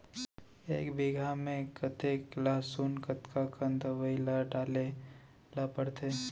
एक बीघा में कतेक लहसुन कतका कन दवई ल डाले ल पड़थे?